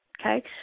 okay